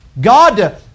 God